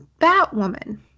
Batwoman